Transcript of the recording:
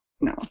no